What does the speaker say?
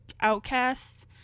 outcasts